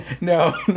no